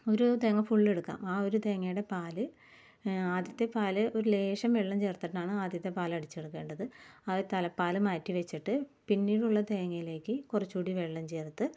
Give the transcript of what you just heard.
ഒരു തേങ്ങ ഫുൾ എടുക്കാം ആ ഒരു തേങ്ങയുടെ പാല് ആദ്യത്തെ പാല് ഒരു ലേശം വെള്ളം ചേർത്തിട്ടാണ് ആദ്യത്തെ പാൽ അടിച്ചെടുക്കേണ്ടത് ആദ്യം തലപ്പാല് മാറ്റി വെച്ചിട്ട് പിന്നീടുള്ള തേങ്ങയിലേക്ക് കുറച്ചു കൂടി വെള്ളം ചേർത്ത്